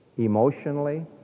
emotionally